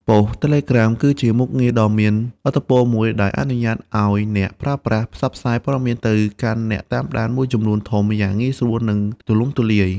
ប៉ុស្តិ៍ Telegram គឺជាមុខងារដ៏មានឥទ្ធិពលមួយដែលអនុញ្ញាតឲ្យអ្នកប្រើប្រាស់ ផ្សព្វផ្សាយព័ត៌មានទៅកាន់អ្នកតាមដានមួយចំនួនធំ យ៉ាងងាយស្រួល និងទូលំទូលាយ។